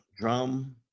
drum